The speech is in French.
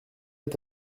est